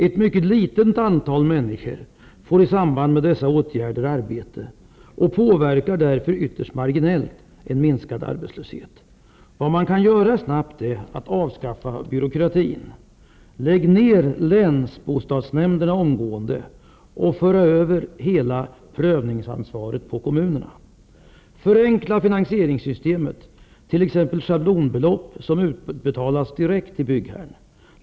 Ett mycket litet antal människor får i samband med dessa åtgärder arbete, och åtgär derna medverkar därför ytterst marginellt till en minskad arbetslöshet. Vad man snabbt kan göra är att avskaffa byråkratin. Lägg omgående ned länsbostadsnämnderna och för över hela prövningsansvaret på kommu nerna. Förenkla finansieringssystemet med hjälp av t.ex. schablonbelopp som utbetalas direkt till byggherren.